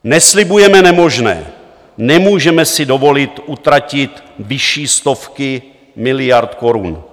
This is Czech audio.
Neslibujeme nemožné, nemůžeme si dovolit utratit vyšší stovky miliard korun.